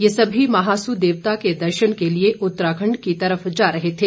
ये सभी महासू देवता के दर्शन के लिए उत्तराखंड की ओर जा रहे थे